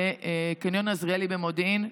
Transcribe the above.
בקניון עזריאלי במודיעין.